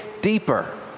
deeper